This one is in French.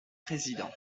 président